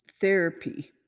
therapy